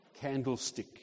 candlestick